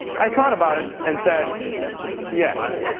i thought about it and said yes.